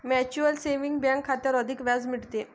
mutual saving bank खात्यावर अधिक व्याज मिळते